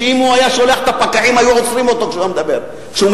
שאם הוא היה שולח את הפקחים היו עוצרים אותו כשהוא מדבר כאן.